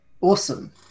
Awesome